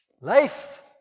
Life